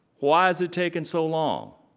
why is it taking so long?